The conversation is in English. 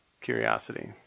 curiosity